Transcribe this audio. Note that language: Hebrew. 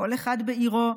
כל אחד בעירו,